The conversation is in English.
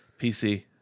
PC